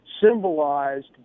symbolized